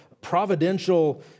providential